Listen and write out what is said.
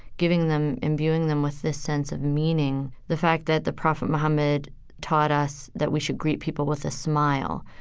giving them, imbuing them with this sense of meaning. the fact that the prophet muhammad taught us that we should greet people with a smile.